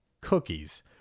cookies